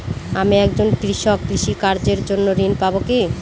আমি একজন কৃষক কৃষি কার্যের জন্য ঋণ পাব কি?